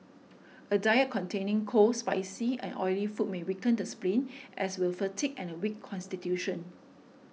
a diet containing cold spicy and oily food may weaken the spleen as will fatigue and a weak constitution